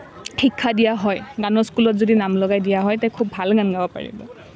শিক্ষা দিয়া হয় গানৰ স্কুলত যদি নাম লগাই দিয়া হয় তাই খুব ভাল গান গাব পাৰিব